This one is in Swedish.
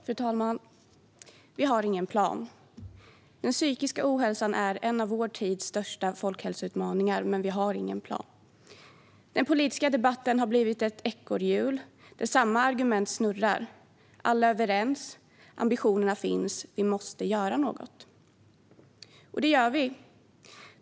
Fru talman! Vi har ingen plan. Den psykiska ohälsan är en av vår tids största folkhälsoutmaningar, men vi har ingen plan. Den politiska debatten har blivit ett ekorrhjul där samma argument snurrar. Alla är överens, och ambitionerna finns: Vi måste göra något. Och det gör vi.